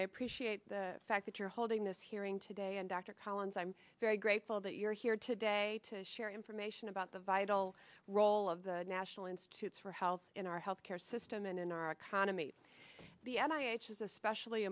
i appreciate the fact that you're holding this hearing today and dr collins i'm very grateful that you're here today to share information about the vital role of the national institutes for health in our health care system and in our economy the and i each is especially